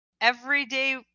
everyday